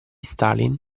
stalin